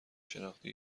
شناختی